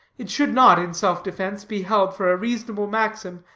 it should not, in self-defense, be held for a reasonable maxim,